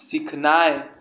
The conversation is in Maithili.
सिखनाइ